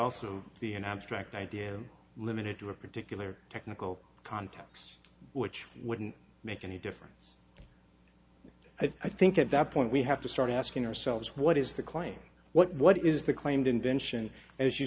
also be an abstract idea limited to a particular technical context which wouldn't make any difference i think at that point we have to start asking ourselves what is the claim what what is the claimed invention as you